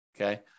okay